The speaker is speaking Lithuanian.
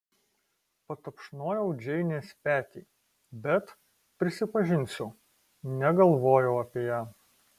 patapšnojau džeinės petį bet prisipažinsiu negalvojau apie ją